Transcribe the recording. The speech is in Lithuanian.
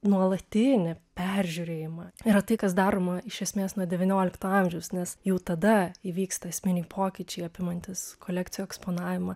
nuolatinį peržiūrėjimą yra tai kas daroma iš esmės nuo devyniolikto amžiaus nes jau tada įvyksta esminiai pokyčiai apimantys kolekcijų eksponavimą